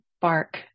bark